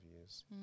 years